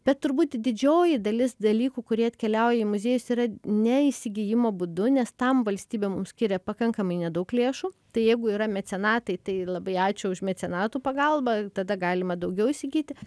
bet turbūt didžioji dalis dalykų kurie atkeliauja į muziejus yra ne įsigijimo būdu nes tam valstybė mum skiria pakankamai nedaug lėšų tai jeigu yra mecenatai tai labai ačiū už mecenatų pagalbą tada galima daugiau įsigyti